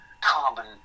carbon